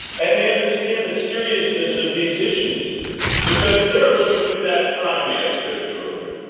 and they understand the seriousness of these issues because they are living through that economy i showed you earlier.